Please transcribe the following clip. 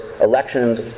elections